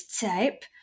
type